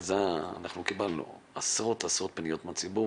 אנחנו קיבלנו עשרות פניות מהציבור